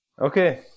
okay